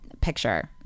Picture